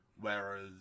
whereas